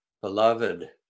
beloved